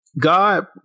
God